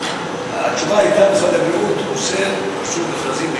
התשובה הייתה: משרד הבריאות אוסר מכרזים,